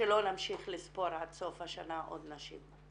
שלא להמשיך לספור עד סוף השנה עוד נשים.